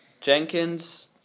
Jenkins